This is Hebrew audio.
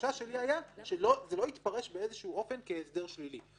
החשש שלי היה שזה לא יתפרש באיזה אופן כהסדר שלילי.